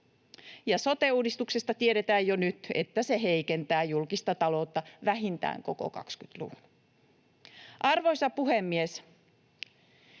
sote-uudistuksesta tiedetään jo nyt, että se heikentää julkista taloutta vähintään koko 20-luvun. Arvoisa puhemies!